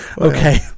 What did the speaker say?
Okay